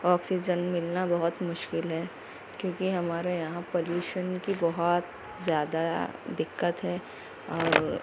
oxygen ملنا بہت مشکل ہے کیونکہ ہمارے یہاں پولیوشن کی بہت زیادہ دقت ہے اور